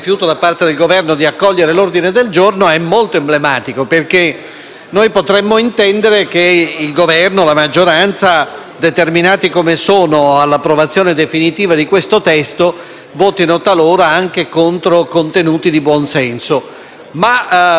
noi potremmo intendere che il Governo e la maggioranza, determinati come sono all'approvazione definitiva di questo testo, votino talora anche contro contenuti di buon senso, che altrimenti si immaginerebbero largamente condivisi. In questo